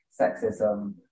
sexism